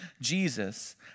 Jesus